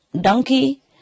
donkey